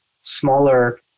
smaller